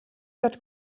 that